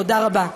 תודה רבה.